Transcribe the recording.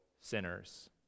sinners